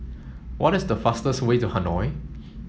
what is the fastest way to Hanoi